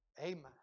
Amen